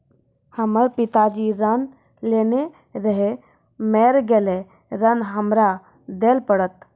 हमर पिताजी ऋण लेने रहे मेर गेल ऋण हमरा देल पड़त?